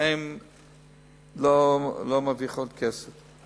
הן לא מרוויחות כסף.